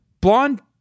Blonde